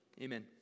amen